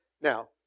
Now